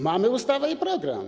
Mamy ustawę i program.